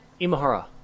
Imahara